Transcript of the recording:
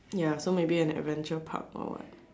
ya so maybe an adventure park or what